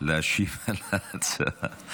להשיב על ההצעה.